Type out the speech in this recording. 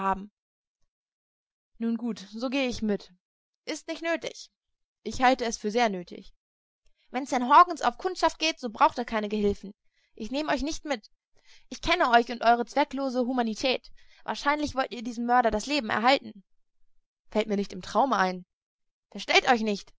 nun gut so gehe ich mit ist nicht nötig ich halte es für sehr nötig wenn sam hawkens auf kundschaft geht so braucht er keinen gehilfen ich nehme euch nicht mit ich kenne euch und eure zwecklose humanität wahrscheinlich wollt ihr diesem mörder das leben erhalten fällt mir nicht im traume ein verstellt euch nicht